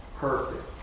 perfect